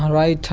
right.